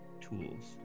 tools